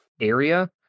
area